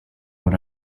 what